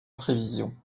prévision